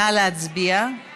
חוק התקשורת (בזק ושידורים) (תיקון